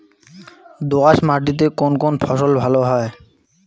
দোঁয়াশ মাটিতে কোন কোন ফসল ভালো হয়?